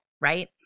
right